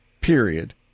period